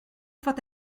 fod